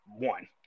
one